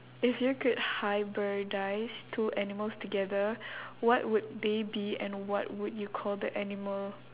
if you could hybridise two animals together what would they be and what would you call the animal